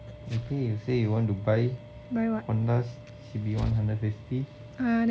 that day you say you want to buy buy Honda C_B one hundred fifty